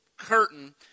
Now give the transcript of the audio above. Curtain